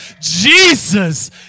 Jesus